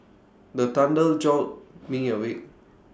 the thunder jolt me awake